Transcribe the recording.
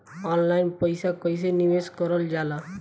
Online पईसा कईसे निवेश करल जाला?